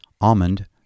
Almond